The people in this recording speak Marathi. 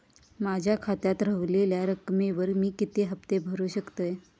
माझ्या खात्यात रव्हलेल्या रकमेवर मी किती हफ्ते भरू शकतय?